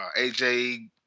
AJ